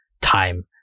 time